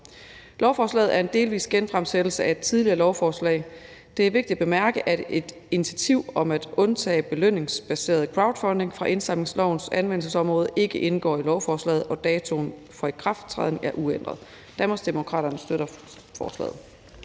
Lovforslaget er en delvis genfremsættelse af et tidligere lovforslag. Det er vigtigt at bemærke, at et initiativ om at undtage belønningsbaseret crowdfunding fra indsamlingslovens anvendelsesområde ikke indgår i lovforslaget, og at datoen for ikrafttræden er uændret. Danmarksdemokraterne støtter forslaget.